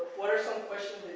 what are some questions